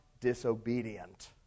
disobedient